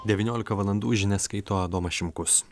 devyniolika valandų žinias skaito adomas šimkus